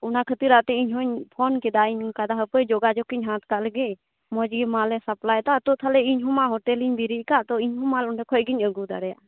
ᱚᱱᱟ ᱠᱷᱟᱹᱛᱤᱨᱟᱜ ᱛᱮ ᱤᱧ ᱦᱚᱸᱧ ᱯᱷᱳᱱ ᱠᱮᱫᱟ ᱤᱧ ᱚᱝᱠᱟᱭᱮᱫᱟ ᱦᱟᱯᱮᱭ ᱡᱳᱜᱟᱡᱳᱜᱽ ᱤᱧ ᱦᱟᱛ ᱠᱟᱜ ᱞᱮᱜᱮ ᱢᱚᱡᱽᱜᱮ ᱢᱟᱞᱮ ᱥᱟᱯᱞᱟᱭᱮᱫᱟ ᱛᱚ ᱛᱟᱦᱚᱞᱮ ᱤᱧ ᱦᱚᱸᱢᱟ ᱦᱳᱴᱮᱞᱮᱧ ᱵᱤᱨᱤᱜ ᱟᱠᱟᱫ ᱟᱫᱚ ᱤᱧᱦᱚᱸ ᱢᱟᱞ ᱚᱸᱰᱮ ᱠᱷᱚᱱ ᱜᱤᱧ ᱟᱹᱜᱩ ᱫᱟᱲᱮᱭᱟᱜᱼᱟ